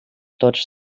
tots